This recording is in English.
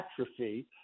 atrophy